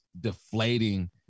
deflating